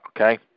Okay